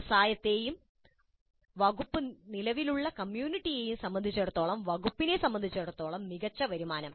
വ്യവസായത്തെയും വകുപ്പ് നിലവിലുള്ള കമ്മ്യൂണിറ്റിയെയും സംബന്ധിച്ചിടത്തോളം വകുപ്പിനെ സംബന്ധിച്ചിടത്തോളം മികച്ച വരുമാനം